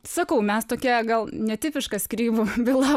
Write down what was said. sakau mes tokie gal netipiška skyrybų byla